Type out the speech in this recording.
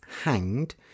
hanged